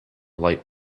light